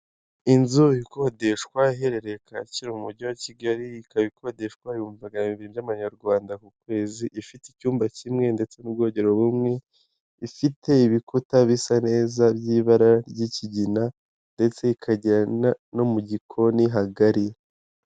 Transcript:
Inzu ikodeshwa iherereye Kacyiru umujyi wa Kigali ikaba ikodeshwa ibihumbi magana abibiri by'ayarwanda ku kwezi, ifite icyumba kimwe ndetse n'ubwogero bumwe, ifite ibikuta bisa neza by'ibara ry'ikigina ndetse ikagira no mu gikoni hagari.